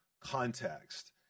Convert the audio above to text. context